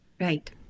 Right